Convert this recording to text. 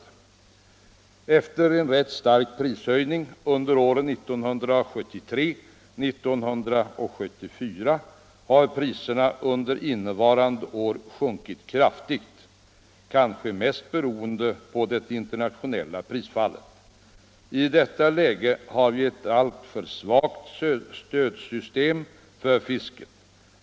Efter en rätt stark prishöjning under åren 1973 och 1974 har priserna under innevarande år sjunkit kraftigt, kanske mest beroende på det internationella prisfallet. I detta läge har vi ett alltför svagt stödsystem för fisket.